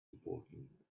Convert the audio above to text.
important